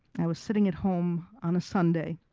i was sitting at home on a sunday